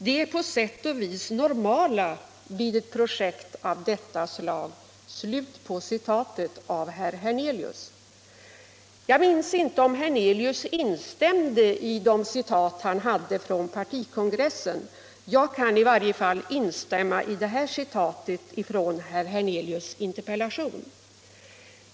De är på sätt och vis normala vid ett projekt av detta slag.” Jag minns inte om herr Hernelius instämde i det citat han hade från partikongressen. Jag kan i varje fall instämma i det här citatet från herr Hernelius interpellation.